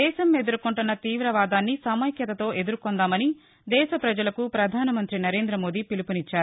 దేశం ఎదుర్కొంటున్న తీవాదాన్ని సమైక్యతతో ఎదుర్కొందామని దేశప్రపజలకు పధానమంత్రి నరేం్రదమోదీ పిలుపు నిచ్చారు